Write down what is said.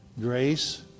grace